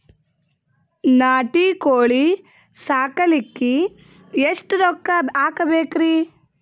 ನಾಟಿ ಕೋಳೀ ಸಾಕಲಿಕ್ಕಿ ಎಷ್ಟ ರೊಕ್ಕ ಹಾಕಬೇಕ್ರಿ?